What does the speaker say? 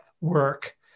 work